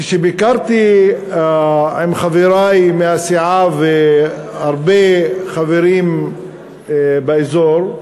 כשביקרתי עם חברי מהסיעה והרבה חברים באזור,